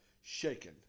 shaken